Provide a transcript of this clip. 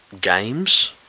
games